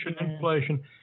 inflation